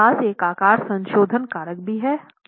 हमारे पास एक आकार संशोधन कारक भी है